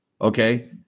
Okay